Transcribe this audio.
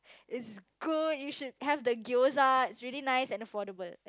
is good you should have the gyoza is really nice and affordable